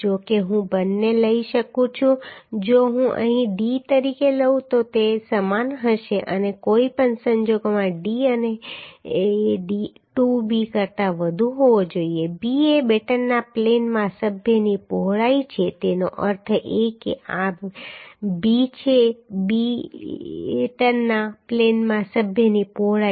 જો કે હું બંને લઈ શકું છું જો હું અહીં d તરીકે લઉં તો તે સમાન હશે અને કોઈ પણ સંજોગોમાં d એ 2b કરતાં વધુ હોવો જોઈએ b એ બેટનના પ્લેનમાં સભ્યની પહોળાઈ છે તેનો અર્થ એ કે આ આ b છે b છે બેટનના પ્લેનમાં સભ્યની પહોળાઈ